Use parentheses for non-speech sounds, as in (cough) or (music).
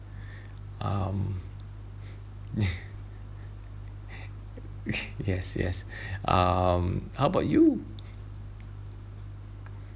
(breath) um (breath) (laughs) yes yes (breath) um how about you